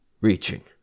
reaching